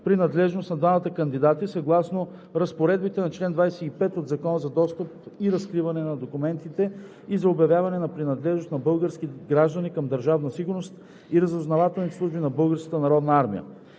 принадлежност на двамата кандидати, съгласно разпоредбите на чл. 25 от Закона за достъп и разкриване на документите и за обявяване на принадлежност на български граждани към Държавна сигурност и разузнавателните служби на